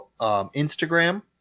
Instagram